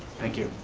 thank you.